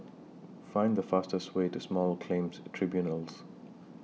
Find The fastest Way to Small Claims Tribunals